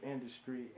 industry